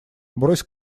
брось